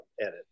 edit